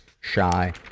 shy